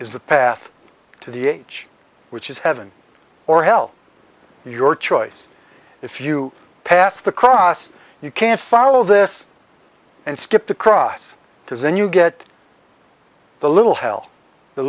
is the path to the age which is heaven or hell your choice if you pass the cost you can't follow this and skip the cross because and you get the little hell the